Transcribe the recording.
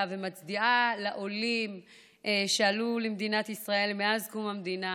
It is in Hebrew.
ומצדיעה לעולים שעלו למדינת ישראל מאז קום המדינה,